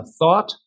thought